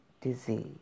disease